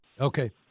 Okay